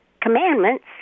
commandments